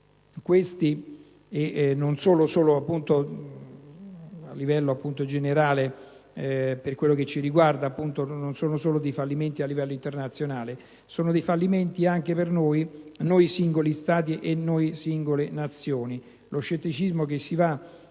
sesto anno di vita. Questi non sono solo dei fallimenti a livello internazionale. Sono dei fallimenti anche per noi, noi singoli Stati e singole Nazioni.